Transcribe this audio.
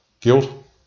guilt